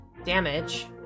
damage